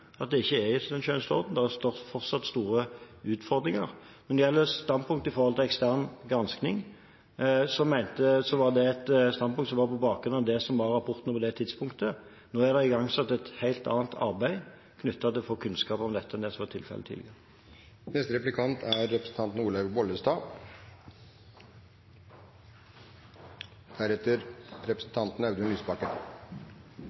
at det ikke er i sin skjønneste orden; det er fortsatt store utfordringer. Når det gjelder standpunktet til ekstern granskning, var det et standpunkt som var tatt på bakgrunn av det som var rapportert på det tidspunktet. Nå er det igangsatt et helt annet arbeid for å få kunnskap om dette enn det som var tilfellet